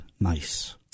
nice